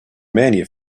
mania